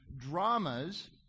dramas